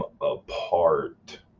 apart